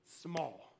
small